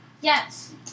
Yes